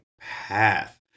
path